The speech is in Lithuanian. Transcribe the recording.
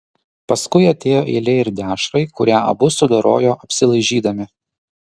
paskui atėjo eilė ir dešrai kurią abu sudorojo apsilaižydami